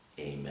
amen